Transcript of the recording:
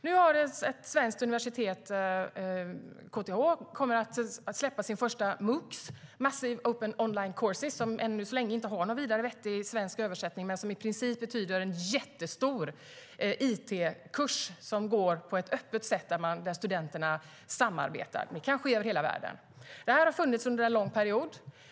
Nu kommer ett svenskt universitet, KTH, att släppa sin första MOOC, Massive Open Online Courses, som än så länge inte har någon vettig svensk översättning men som i princip betyder en jättestor öppen it-kurs där studenterna samarbetar, kanske över hela världen. De har funnits under en lång period.